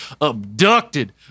abducted